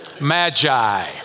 Magi